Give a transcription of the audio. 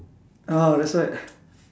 oh that's why